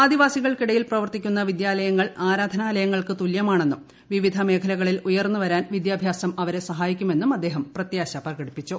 ആദിവാസികൾക്കിടയിൽ പ്രവർത്തിക്കുന്ന വിദ്യാലയങ്ങൾ ആരാധനാലയങ്ങൾക്ക് തുലൃമാണെന്നും വിവിധ മേഖലകളിൽ ഉയർന്നുവരാൻ വിദ്യാഭ്യാസം അവരെ സഹായിക്കുമെന്നും അദ്ദേഹം പ്രത്യാശ പ്രകടിപ്പിച്ചു